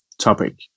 topic